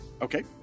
Okay